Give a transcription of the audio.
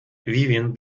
vivien